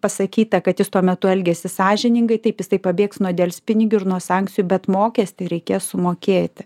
pasakyta kad jis tuo metu elgėsi sąžiningai taip jisai pabėgs nuo delspinigių ir nuo sankcijų bet mokestį reikės sumokėti